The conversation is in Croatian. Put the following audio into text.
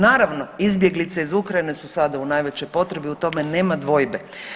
Naravno izbjeglice iz Ukrajine su sada u najvećoj potrebi, u tome nema dvojbe.